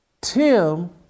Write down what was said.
Tim